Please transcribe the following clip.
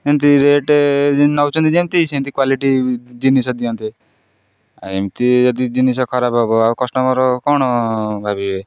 ଏମିତି ରେଟ୍ ନଉଛନ୍ତି ଯେମିତି ସେମିତି କ୍ଵାଲିଟି ଜିନିଷ ଦିଅନ୍ତେ ଆଉ ଏମିତି ଯଦି ଜିନିଷ ଖରାପ ହବ ଆଉ କଷ୍ଟମର କ'ଣ ଭାବିବେ